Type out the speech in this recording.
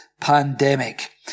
pandemic